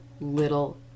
little